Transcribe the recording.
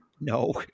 No